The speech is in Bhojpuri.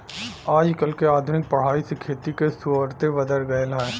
आजकल के आधुनिक पढ़ाई से खेती के सुउरते बदल गएल ह